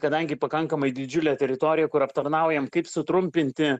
kadangi pakankamai didžiulė teritorija kur aptarnaujam kaip sutrumpinti